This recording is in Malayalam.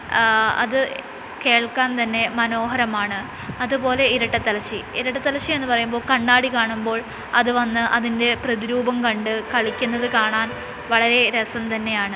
ആ അത് കേൾക്കാൻ തന്നെ മനോഹരമാണ് അതുപോലെ ഇരട്ടത്തലച്ചി ഇരട്ടത്തലച്ചി എന്നു പറയുമ്പോൾ കണ്ണാടി കാണുമ്പോൾ അത് വന്ന് അതിൻ്റെ പ്രതിരൂപം കണ്ട്കളിക്കുന്നത് കാണാൻ വളരെ രസം തന്നെയാണ്